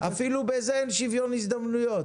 אפילו בזה אין שוויון הזדמנויות.